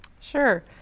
Sure